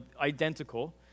identical